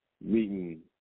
meeting